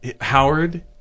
Howard